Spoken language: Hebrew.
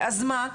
אז מה,